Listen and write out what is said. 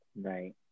Right